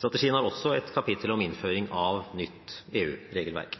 Strategien har også et kapittel om innføring av nytt EU-regelverk.